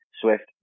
Swift